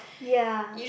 ya